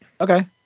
Okay